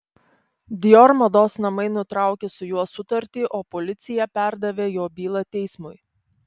dior mados namai nutraukė su juo sutartį o policija perdavė jo bylą teismui